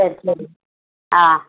சரி சரி ஆ